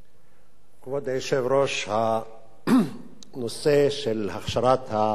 כבוד היושב-ראש, הנושא של הכשרת המאחזים